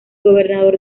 gobernador